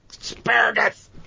Asparagus